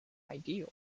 ideal